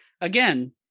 again